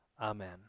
Amen